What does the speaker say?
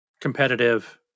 competitive